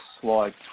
slide